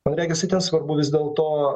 man regis itin svarbu vis dėl to